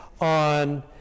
on